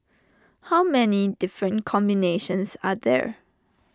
how many different combinations are there